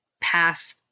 pass